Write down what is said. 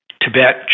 Tibet